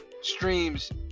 streams